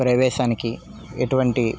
ప్రవేశానికి ఎటువంటి